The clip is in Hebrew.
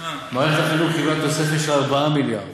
מערכת החינוך קיבלה תוספת של 4 מיליארד,